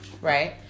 right